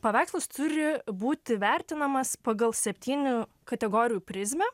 paveikslas turi būti vertinamas pagal septynių kategorijų prizmę